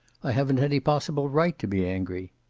i haven't any possible right to be angry.